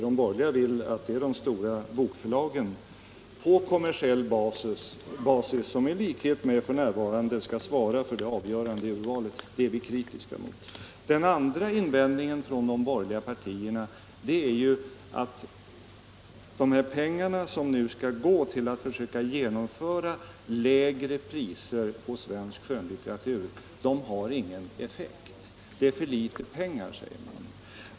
De borgerliga vill att de stora bokförlagen på kommersiell basis liksom f.n. skall svara för det avgörande urvalet. Det är vi kritiska mot. Den andra invändningen från de borgerliga partierna är ju att de pengar som nu skall användas till att försöka genomföra lägre priser på svensk skönlitteratur inte har någon effekt. Det är för litet pengar, säger man.